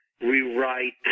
rewrite